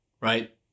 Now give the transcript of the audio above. right